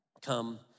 come